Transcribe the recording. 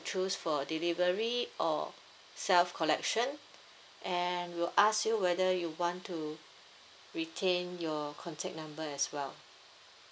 choose for delivery or self collection and we'll ask you whether you want to retain your contact number as well